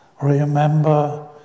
Remember